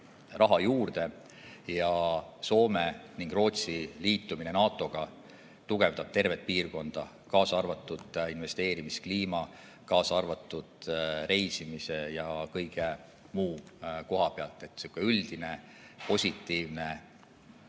raha juurde. Soome ja Rootsi liitumine NATO-ga tugevdab tervet piirkonda, kaasa arvatud investeerimiskliima, kaasa arvatud reisimise ja kõige muu koha pealt. Selline üldine positiivne